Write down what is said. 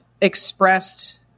expressed